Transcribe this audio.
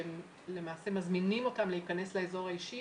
שלמעשה מזמינים אותם להכנס לאזור האישי